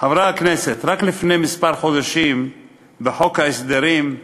חברי הכנסת, רק לפני מספר חודשים, בחוק ההסדרים,